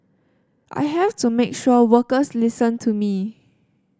I have to make sure workers listen to me